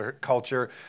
culture